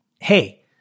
hey